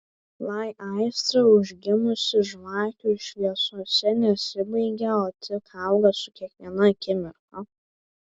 lai aistra užgimusi žvakių šviesose nesibaigia o tik auga su kiekviena akimirka